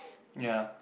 ya